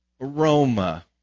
aroma